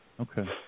Okay